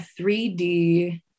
3D